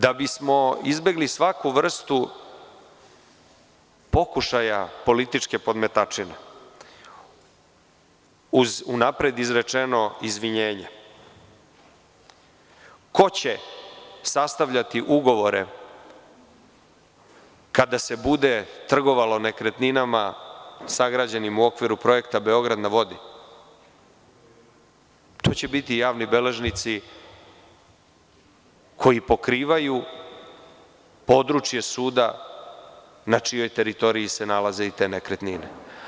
Da bismo izbegli svaku vrstu pokušaja političke podmetačine, uz unapred izrečeno izvinjenje, ko će sastavljati ugovore kada se bude trgovalo nekretninama sagrađenim u okviru Projekta „Beograd na vodi“, tu će biti javni beležnici koji pokrivaju područje suda na čijoj teritoriji se nalaze i te nekretnine.